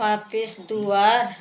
प्रवेशद्वार